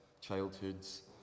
childhoods